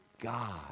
God